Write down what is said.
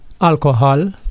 alcohol